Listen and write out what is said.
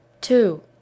two